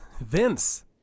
Vince